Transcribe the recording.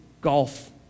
golf